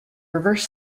reverse